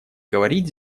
говорить